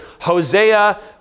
Hosea